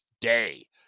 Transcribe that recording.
day